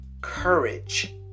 courage